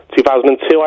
2002